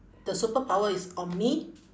the superpower is on me